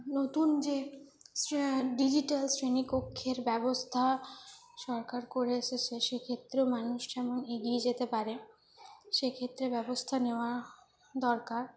নতুন যে ডিজিটাল শ্রেণিকক্ষের ব্যবস্থা সরকার করে এসেছে সেক্ষেত্রেও মানুষ যেমন এগিয়ে যেতে পারে সেক্ষেত্রে ব্যবস্থা নেওয়া দরকার